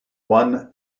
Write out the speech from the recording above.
one